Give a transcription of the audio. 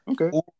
Okay